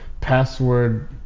password